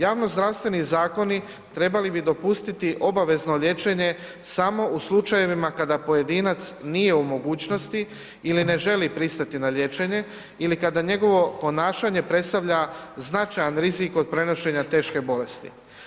Javnozdravstveni zakoni trebali bi dopustiti obavezno liječenje samo u slučajevima kada pojedinac nije u mogućnosti ili ne želi pristati na liječenje ili kada njegovo ponašanje predstavlja značajan rizik od prenošenja teške bolesti.